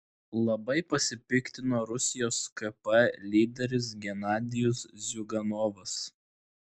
labai pasipiktino rusijos kp lyderis genadijus ziuganovas